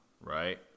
right